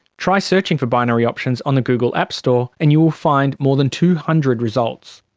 try searching for binary options on the google app store and you will find more than two hundred results.